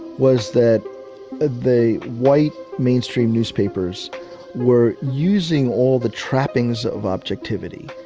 was that the white mainstream newspapers were using all the trappings of objectivity,